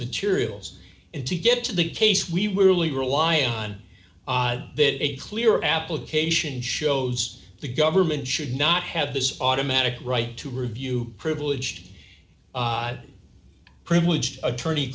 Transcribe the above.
materials and to get to the case we really rely on that a clear application shows the government should not have this automatic right to review privileged privileged attorney